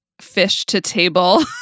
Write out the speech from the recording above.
fish-to-table